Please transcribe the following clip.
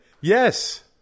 Yes